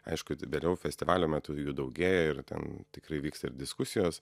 aišku vėliau festivalio metu jų daugėja ir ten tikrai vyksta ir diskusijos